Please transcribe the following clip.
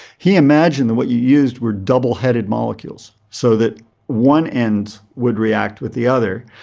he imagined what you used were double headed molecules, so that one end would react with the other,